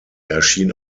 erschien